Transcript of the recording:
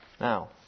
Now